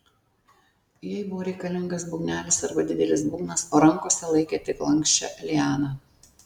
jai buvo reikalingas būgnelis arba didelis būgnas o rankose laikė tik lanksčią lianą